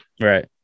right